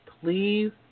please